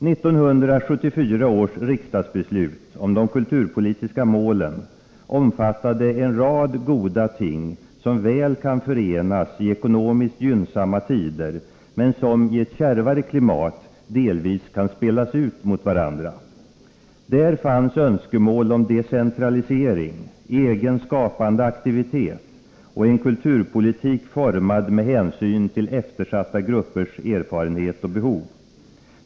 1974 års riksdagsbeslut om de kulturpolitiska målen omfattade en rad goda ting som väl kan förenas i ekonomiskt gynnsamma tider men som, i ett kärvare klimat, delvis kan spelas ut mot varandra. Där fanns önskemål om decentralisering, egen skapande aktivitet och en kulturpolitik formad med hänsyn till eftersatta gruppers erfarenhet och behov.